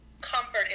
comfort